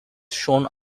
shown